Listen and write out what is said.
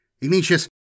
Ignatius